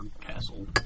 castle